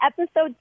episode